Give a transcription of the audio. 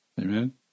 Amen